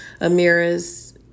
Amira's